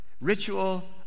ritual